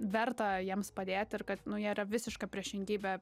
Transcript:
verta jiems padėt ir kad nu jie yra visiška priešingybė